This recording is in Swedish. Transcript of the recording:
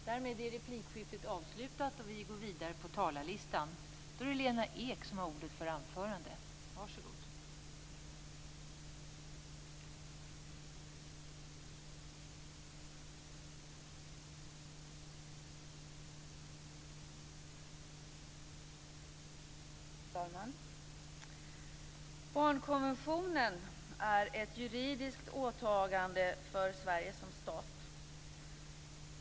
Fru talman! Barnkonventionen är ett juridiskt åtagande för Sverige som stat.